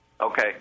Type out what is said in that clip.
Okay